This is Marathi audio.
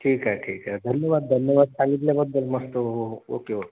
ठीक आहे ठीक आहे धन्यवाद धन्यवाद सांगितल्याबद्दल मस्त हो हो ओके ओके